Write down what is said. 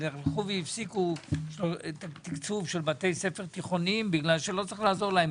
אבל הפסיקו את התקצוב של בתי ספר תיכוניים בגלל שלא צריך לעזור להם,